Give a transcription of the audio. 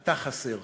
אתה חסר.